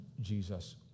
Jesus